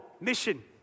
mission